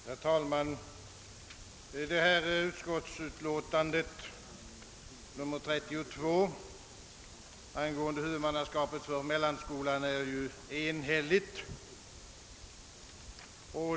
Herr talman! Statsutskottets utlåtande nr 32 angående huvudmannaskapet för mellanskolan är enhälligt.